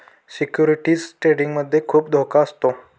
securities trading मध्ये खुप धोका असतो